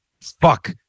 Fuck